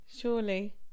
surely